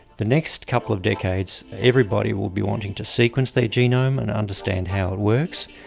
the next couple of decades, everybody will be wanting to sequence their genome and understand how it works.